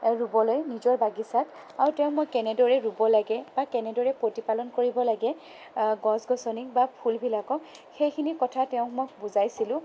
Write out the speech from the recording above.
ৰুবলৈ নিজৰ বাগিচাত আৰু তেওঁক মই কেনেদৰে ৰুব লাগে বা কেনেদৰে প্ৰতিপালন কৰিব লাগে গছ গছনিক বা ফুলবিলাকক সেইখিনি কথা তেওঁক মই বুজাইছিলোঁ